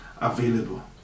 available